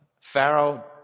Pharaoh